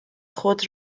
خود